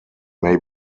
may